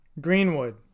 Greenwood